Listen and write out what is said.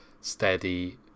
steady